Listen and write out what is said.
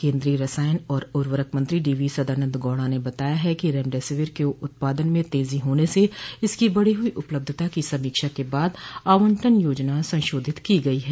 केन्द्रीय रसायन और उर्वरक मंत्री डीवी सदानन्द गौड़ा ने बताया है कि रेमडेसिविर के उत्पादन में तेजी होने स इसकी बढ़ी हुई उपलब्धता की समीक्षा के बाद आवंटन योजना संशोधित की गई है